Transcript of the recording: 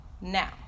now